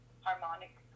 harmonic